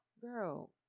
girl